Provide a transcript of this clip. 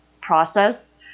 process